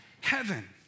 heaven